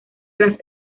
las